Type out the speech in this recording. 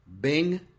Bing